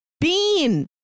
Bean